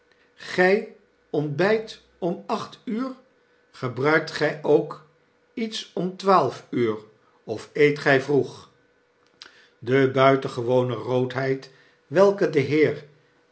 gij ontbijt om acht uur gebruikt gij ook iets om twaalf uur of eet gij vroeg de buitengewone roodheid welke de heer